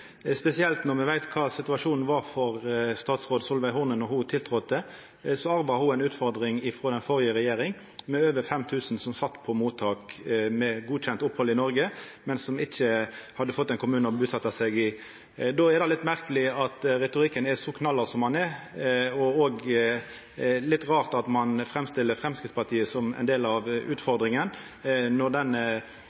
spesielt når me veit kva situasjonen var for statsråd Solveig Horne då ho tiltredde. Då arva ho ei utfordring frå den førre regjeringa med over 5 000 som sat på mottak med godkjent opphald i Noreg, men som ikkje hadde fått ein kommune å busetja seg i. Då er det merkeleg at retorikken er så knallhard som han er, og det er også litt rart at ein framstiller Framstegspartiet som ein del av